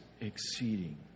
exceeding